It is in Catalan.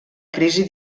crisi